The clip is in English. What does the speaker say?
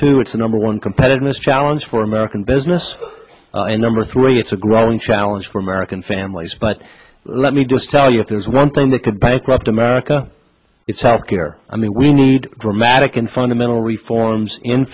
two it's the number one competitiveness challenge for american business and number three it's a growing challenge for american families but let me just tell you if there's one thing that could bankrupt america is health care i mean we need dramatic and fundamental reforms in